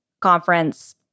conference